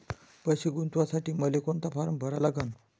पैसे गुंतवासाठी मले कोंता फारम भरा लागन?